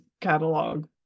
catalog